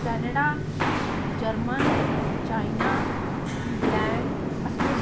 Canada German China England Australia